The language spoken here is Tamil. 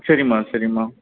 சரிம்மா சரிம்மா